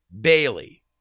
Bailey